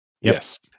Yes